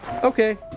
Okay